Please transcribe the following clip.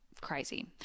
Crazy